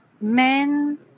Men